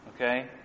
Okay